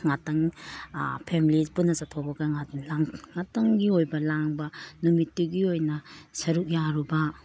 ꯉꯥꯛꯇꯪ ꯑꯥ ꯐꯦꯝꯂꯤ ꯄꯨꯟꯅ ꯆꯠꯊꯣꯛꯑꯒ ꯉꯥꯛꯇꯪꯒꯤ ꯑꯣꯏꯕ ꯂꯥꯡꯕ ꯅꯨꯃꯤꯠꯇꯨꯒꯤ ꯑꯣꯏꯅ ꯁꯔꯨꯛ ꯌꯥꯔꯨꯕ